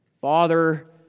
Father